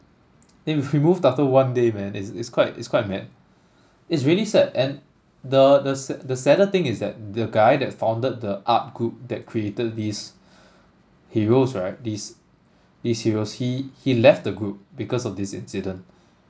it removed after one day man it's it's quite it's quite mad it's really sad and the the sa~ the sadder thing is that the guy that founded the art group that created these heroes right these these heroes he he left the group because of this incident